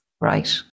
right